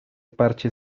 parche